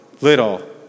little